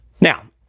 Now